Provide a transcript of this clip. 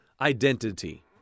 identity